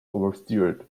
oversteered